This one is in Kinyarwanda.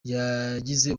yagize